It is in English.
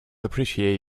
appreciate